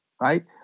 right